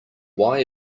why